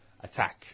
attack